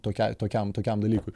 tokiai tokiam tokiam dalykui